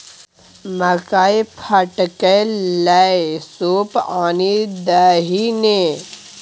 मकई फटकै लए सूप आनि दही ने